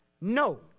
no